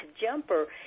jumper